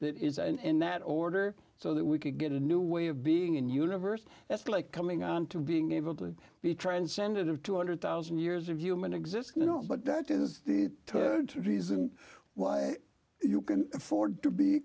that is and in that order so that we can get a new way of being and universe that's like coming on to being able to be transcendent of two hundred thousand years of human existence but that is the reason why you can afford to be